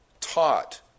Taught